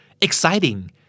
Exciting